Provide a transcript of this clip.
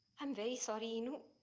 i'm very sorry enoo